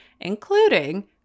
including